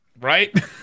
Right